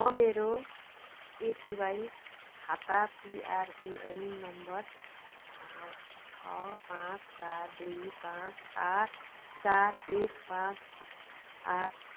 म मेरो एपिवाई खाता P R A N number छ पाँच चार दुई पाँच आठ चार एक पाँच आठ